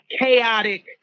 chaotic